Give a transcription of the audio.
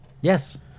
Yes